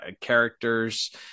characters